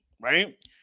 right